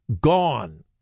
Gone